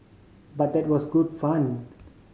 but that was good fun